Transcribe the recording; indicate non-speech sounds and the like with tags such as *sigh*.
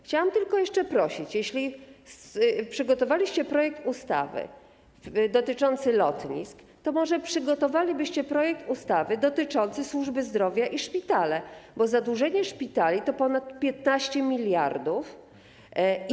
Chciałam tylko jeszcze prosić: jeśli przygotowaliście projekt ustawy dotyczący lotnisk, to może przygotowalibyście projekt ustawy dotyczący służby zdrowia i szpitali, bo zadłużenie szpitali to ponad 15 mld *noise*